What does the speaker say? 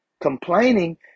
Complaining